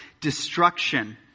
destruction